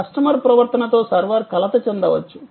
customer ప్రవర్తనతో server కలత చెందవచ్చు